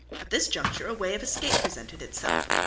at this juncture a way of escape presented itself.